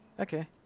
Okay